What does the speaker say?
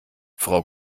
frau